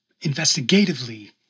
investigatively